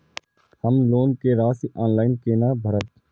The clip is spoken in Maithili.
हम लोन के राशि ऑनलाइन केना भरब?